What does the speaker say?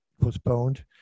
postponed